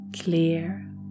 clear